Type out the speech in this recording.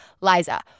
Liza